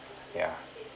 yeah